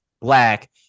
black